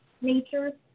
nature